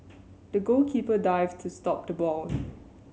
the goalkeeper dived to stop the ball